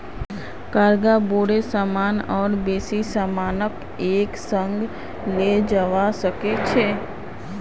cargo बोरो सामान और बेसी सामानक एक संग ले जव्वा सक छ